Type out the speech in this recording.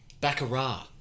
Baccarat